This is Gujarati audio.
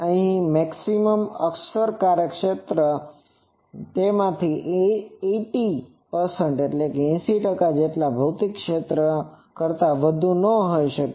અહી મહત્તમ અસરકારક ક્ષેત્ર તેમાંથી 80 ટકા જેટલા ભૌતિક ક્ષેત્ર કરતાં વધુ ન હોઈ શકે